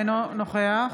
אינו נוכח